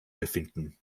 befinden